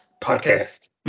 podcast